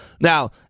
Now